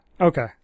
Okay